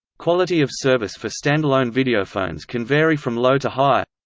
quality of service for standalone videophones can vary from low to high